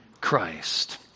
Christ